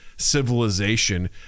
Civilization